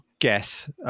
guess